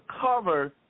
cover